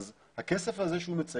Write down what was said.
אז הכסף הזה שהוא מציין,